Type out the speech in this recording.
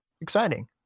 exciting